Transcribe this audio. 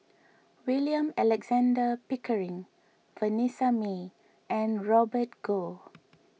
William Alexander Pickering Vanessa Mae and Robert Goh